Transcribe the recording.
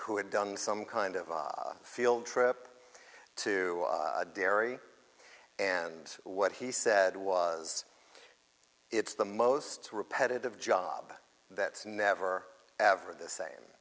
who had done some kind of a field trip to dairy and what he said was it's the most repetitive job that's never ever the same